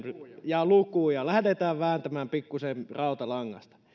ja lukuja lähdetään vääntämään pikkuisen rautalangasta